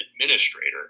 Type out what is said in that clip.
administrator